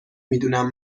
میدونم